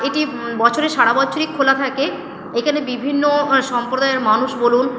এটি বছরে সারাবছরই খোলা থাকে এখানে বিভিন্ন সম্প্রদায়ের মানুষ বলুন